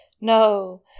no